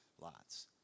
Lots